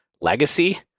Legacy